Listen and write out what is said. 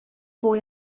boy